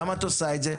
למה את עושה את זה?